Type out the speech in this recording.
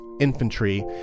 infantry